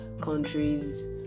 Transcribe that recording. countries